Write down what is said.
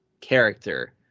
character